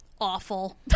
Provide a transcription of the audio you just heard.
awful